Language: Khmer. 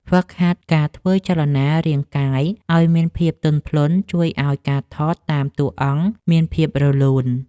ហ្វឹកហាត់ការធ្វើចលនារាងកាយឱ្យមានភាពទន់ភ្លន់ជួយឱ្យការថតតាមតួអង្គមានភាពរលូន។